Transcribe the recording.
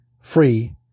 free